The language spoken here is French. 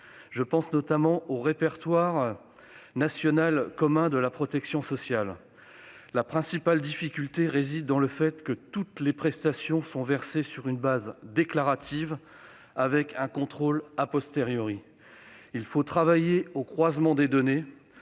Je pense notamment au répertoire national commun de la protection sociale. La principale difficulté réside dans le fait que toutes les prestations sont versées sur une base déclarative, avec un contrôle. Il faut travailler au croisement des données